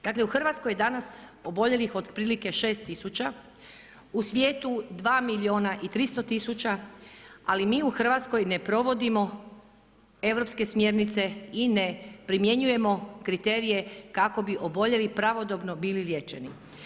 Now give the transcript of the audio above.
Dakle u Hrvatskoj danas oboljelih otprilike 6000, u svijetu 2 milijuna i 300 000, ali mi u Hrvatskoj ne provodimo Europske smjernice i ne primjenjujemo kriterije kako bi oboljeli pravodobno bili liječeni.